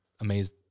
Amazed